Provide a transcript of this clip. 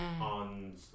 On